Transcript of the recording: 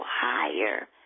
higher